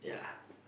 yeah